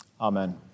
Amen